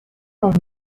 مهمونی